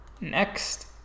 Next